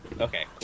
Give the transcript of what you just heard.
Okay